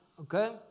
okay